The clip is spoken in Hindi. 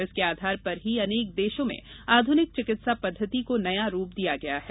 इसके आधार पर ही अनेक देशों में आधुनिक चिकित्सा पद्धति को नया रूप दिया गया है